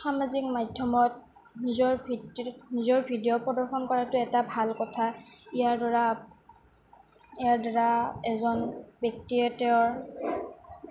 সামাজিক মাধ্যমত নিজৰ নিজৰ ভিডিঅ' প্ৰদৰ্শন কৰাটো এটা ভাল কথা ইয়াৰ দ্বাৰা ইয়াৰ দ্বাৰা এজন ব্যক্তিয়ে তেওঁৰ